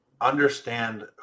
understand